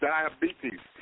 Diabetes